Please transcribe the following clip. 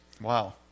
wow